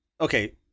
Okay